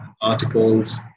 articles